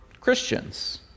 Christians